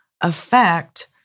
affect